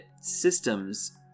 systems